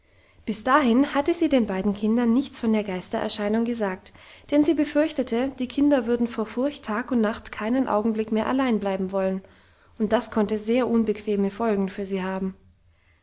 bis dahin hatte sie den beiden kindern nichts von der geistererscheinung gesagt denn sie befürchtete die kinder würden vor furcht tag und nacht keinen augenblick mehr allein bleiben wollen und das konnte sehr unbequeme folgen für sie haben